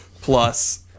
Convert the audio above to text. plus